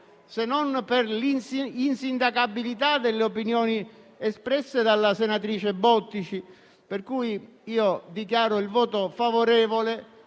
se non per l'insindacabilità delle opinioni espresse dalla senatrice Bottici. Dichiaro, pertanto, il voto favorevole